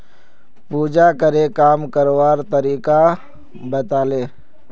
पूजाकरे काम करवार तरीका बताले